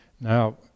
Now